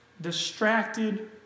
distracted